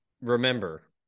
remember